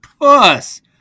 puss